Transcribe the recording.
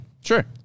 Sure